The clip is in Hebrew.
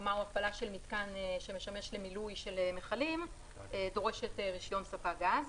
הקמה או הפעלה של מתקן שמשמש למילוי של מכלים דורשת רישיון ספק גז